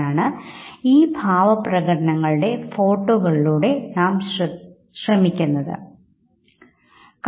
അവ ഒപ്റ്റിക് ചെയറുകൾ ന്യൂറൽ ഫൈബറുകൾ എന്നിവയുമായി പരസ്പരം വിച്ഛേദിക്കുന്നതായി കാണാം